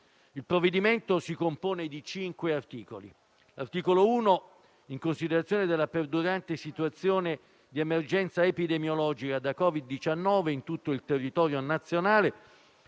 Il provvedimento si compone di cinque articoli. L'articolo 1, in considerazione della perdurante situazione di emergenza epidemiologica da Covid-19 in tutto il territorio nazionale,